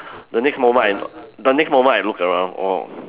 the next moment I the next moment I look around oh